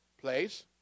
place